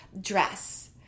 dress